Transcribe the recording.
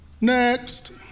Next